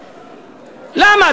למה?